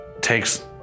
takes